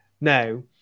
Now